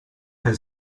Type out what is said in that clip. had